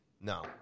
No